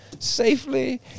Safely